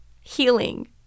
healing